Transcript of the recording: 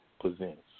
presents